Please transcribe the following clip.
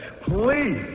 please